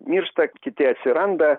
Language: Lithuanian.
miršta kiti atsiranda